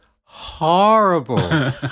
horrible